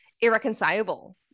irreconcilable